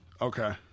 Okay